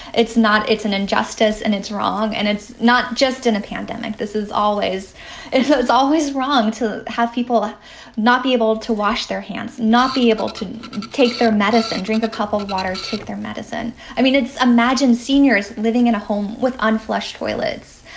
it's not it's an injustice and it's wrong. and it's not just in a pandemic. this is always and so it's always wrong to have people not be able to wash their hands, not be able to take their medicine, drink a cup of water, take their medicine. i mean, imagine seniors living in a home with unflashy toilets.